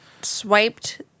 swiped